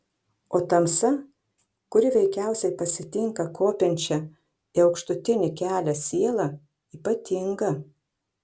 o tamsa kuri veikiausiai pasitinka kopiančią į aukštutinį kelią sielą ypatinga